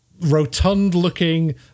rotund-looking